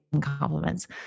compliments